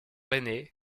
aînée